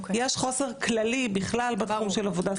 יש חוסר כללי בתחום של עבודה סוציאלית.